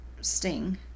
sting